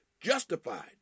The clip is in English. justified